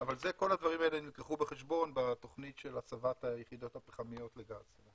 אבל כל הדברים האלה נלקחו בחשבון בתכנית של הסבת היחידות הפחמיות לגז.